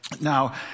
Now